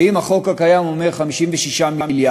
ואם החוק הקיים אומר 56 מיליארד,